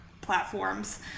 platforms